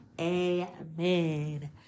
Amen